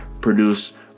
produce